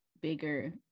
bigger